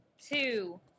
Two